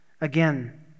again